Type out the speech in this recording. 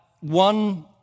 one